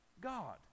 God